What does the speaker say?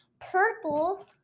purple